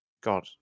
God